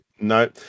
No